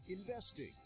investing